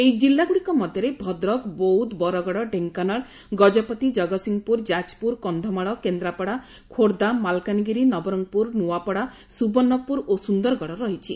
ଏହି ଜିଲ୍ଲାଗୁଡିକ ମଧ୍ୟରେ ଭଦ୍ରକ ବୌଦ୍ଧ ବରଗଡ ଢେଙ୍କାନାଳ ଗଜପତି ଜଗତସିଂହପୁର ଯାଜପୁର କସ୍ଧମାଳ କେସ୍ରାପଡା ଖୋର୍ବ୍ବା ମାଲକାନଗିରି ନବରଙ୍ଙପୁର ନୂଆପଡା ସୁବର୍ଣ୍ଡପୁର ଓ ସୁନ୍ଦରଗଡ ରହିଛି